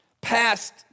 Past